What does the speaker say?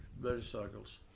motorcycles